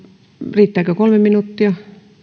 riittääkö kolme minuuttia